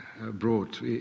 brought